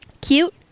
cute